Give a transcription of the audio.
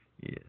yes